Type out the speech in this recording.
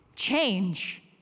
change